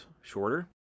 shorter